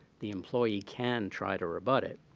the employee can try to rebut it.